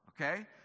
okay